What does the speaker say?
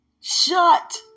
shut